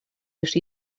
лишь